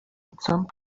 mitsamt